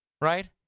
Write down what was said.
right